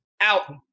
out